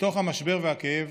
מתוך המשבר והכאב